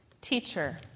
Teacher